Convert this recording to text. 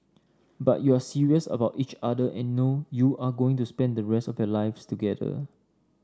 but you're serious about each other and know you're going to spend the rest of your lives together